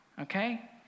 Okay